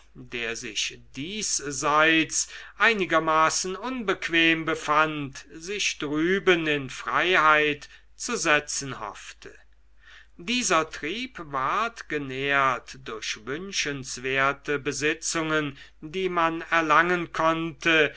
der sich diesseits einigermaßen unbequem befand sich drüben in freiheit zu setzen hoffte dieser trieb ward genährt durch wünschenswerte besitzungen die man erlangen konnte